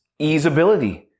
easeability